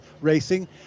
Racing